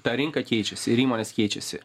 ta rinka keičiasi ir įmonės keičiasi